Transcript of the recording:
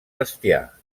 bestiar